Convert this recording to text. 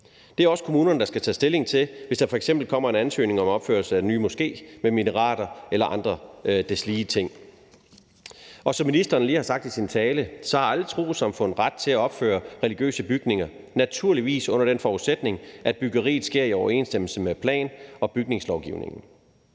Det er også kommunerne, der skal tage stilling til det, hvis der f.eks. kommer en ansøgning om opførelse af en ny moské med minareter eller deslige. Og som ministeren lige har sagt i sin tale, har alle trossamfund ret til at opføre religiøse bygninger, naturligvis under den forudsætning, at byggeriet sker i overensstemmelse med plan- og bygningslovgivningen.